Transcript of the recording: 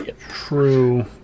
True